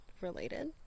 related